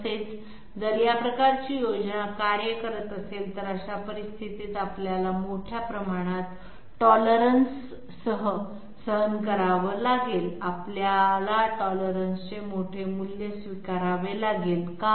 तसेच जर या प्रकारची योजना कार्य करत असेल तर अशा परिस्थितीत आपल्याला मोठ्या प्रमाणात टॉलरन्ससह सहन करावे लागेल आपल्याला टॉलरन्सचे मोठे मूल्य स्वीकारावे लागेल का